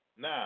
Now